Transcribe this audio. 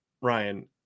Ryan